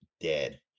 Dead